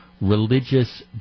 religious